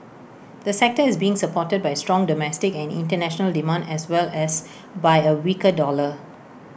the sector is being supported by strong domestic and International demand as well as by A weaker dollar